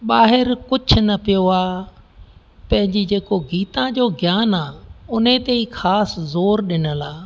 ॿाहिरि कुझु न पियो आहे पंहिंजी जेको गीता जो ज्ञान आहे हुन ते ई ख़ासि ज़ोरु ॾिनल आहे